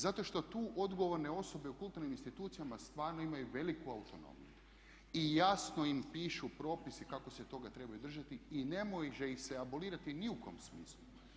Zato što tu odgovorne osobe u kulturnim institucijama stvarno imaju veliku autonomiju i jasno im pišu propisi kako se toga trebaju držati i ne može ih se abolirati ni u kom smislu.